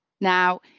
Now